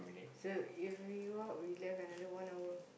so if we go out we left another one hour